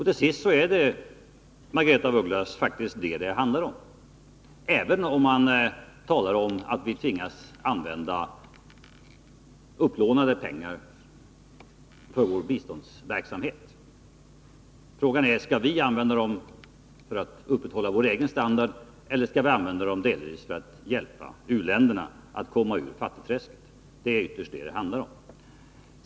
Till sist är det faktiskt detta det handlar om, Margaretha af Ugglas — även om man talar om att vi tvingas använda upplånade pengar för vår biståndsverksamhet. Frågan är: Skall vi använda pengarna för att upprätthålla vår egen standard, eller skall vi använda dem för att hjälpa u-länderna att komma ur fattigträsket? Det är ytterst detta det handlar om.